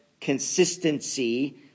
consistency